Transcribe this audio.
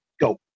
Go